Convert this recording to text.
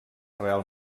real